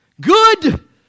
Good